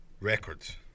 Records